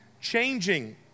changing